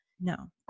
No